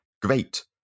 Great